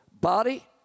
body